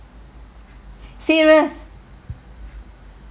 serious